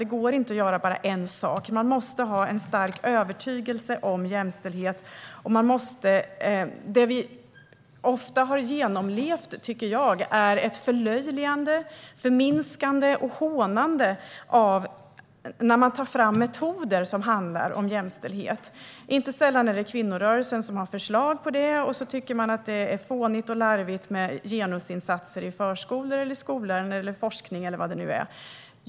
Det går inte att göra bara en sak, utan man måste ha en stark övertygelse om jämställdhet. Det vi ofta har genomlevt, tycker jag, är förlöjligande, förminskande och hånande när det tas fram metoder som handlar om jämställdhet. Inte sällan är det kvinnorörelsen som kommer med förslag, och så tycker man att det är fånigt och larvigt med genusinsatser i förskolor och skolor, i forskning eller vad det nu är.